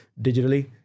digitally